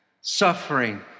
Suffering